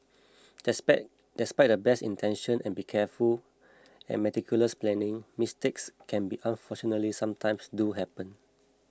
despite despite the best intentions and careful and meticulous planning mistakes can and unfortunately sometimes do happen